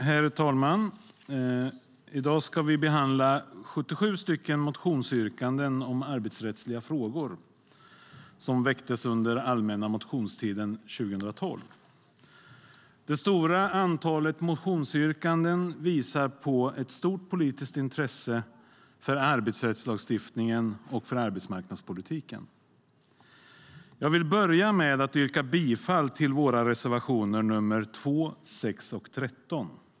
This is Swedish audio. Herr talman! I dag ska vi behandla 77 motionsyrkanden om arbetsrättsliga frågor som väcktes under allmänna motionstiden 2012. Det stora antalet motionsyrkanden visar på ett stort politiskt intresse för arbetsrättslagstiftningen och arbetsmarknadspolitiken. Jag vill börja med att yrka bifall till våra reservationer nr 2, 5 och 12.